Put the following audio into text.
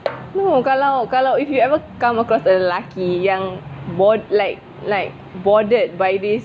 no kalau kalau if you ever come across lelaki yang bo~ like like bothered by this